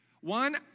One